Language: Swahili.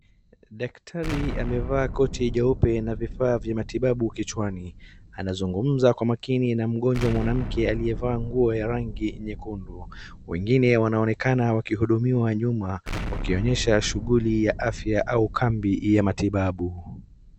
Daktari amevaa koti jeupe na vifaa vya matibabu kichwani. Anazungumza kwa makini na mgonjwa mwanamke aliyevaaa nguo ya rangi nyekundu. Wengine wanaonekana wakihudumiwa nyuma wakionyesha shughuli ya afya au kambi ya matibabu.